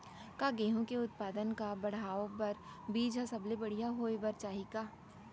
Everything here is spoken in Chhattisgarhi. का गेहूँ के उत्पादन का बढ़ाये बर बीज ह सबले बढ़िया होय बर चाही का?